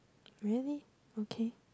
really okay